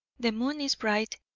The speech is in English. the moon is bright,